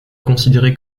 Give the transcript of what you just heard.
considéré